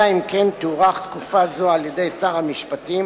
אלא אם כן תוארך תקופה זו על-ידי שר המשפטים,